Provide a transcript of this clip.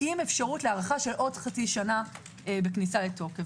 עם הארכה של עוד חצי שנה לכניסה לתוקף.